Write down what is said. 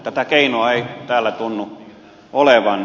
tätä keinoa ei täällä tunnu olevan